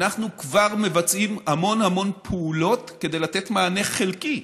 אנחנו כבר מבצעים המון המון פעולות כדי לתת מענה חלקי,